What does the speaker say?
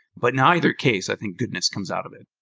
but in either case, i think goodness comes out of it.